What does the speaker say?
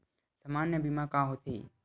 सामान्य बीमा का होथे?